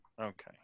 Okay